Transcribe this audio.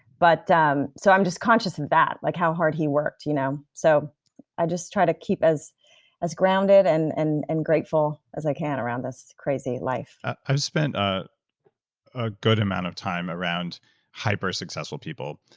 but um so i'm just conscious of that, like how hard he worked. you know so i just try to keep as as grounded and and and grateful as i can around this crazy life i've spent a ah good amount of time around hyper successful people,